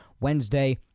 Wednesday